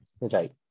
right